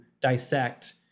dissect